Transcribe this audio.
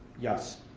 yes.